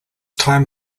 time